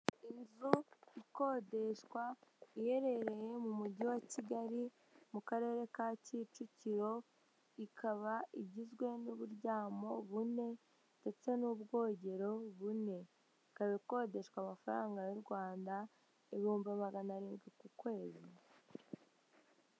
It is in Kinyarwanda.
Inzu ikodeshwa, iherereye mu mujyi wa Kigali, mu karere ka Kicukiro, ikaba igizwe n'uburyamo bune ndetse n'ubwogero bune. Ikaba ikodeshwa amafaranga y'u Rwanda ibihumbi magana arindwi ku kwezi.